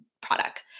product